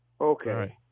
Okay